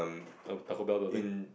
Taco-Bell building